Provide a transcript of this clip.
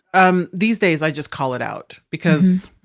um these days i just call it out because